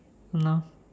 !hannor!